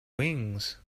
wings